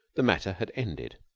the matter had ended.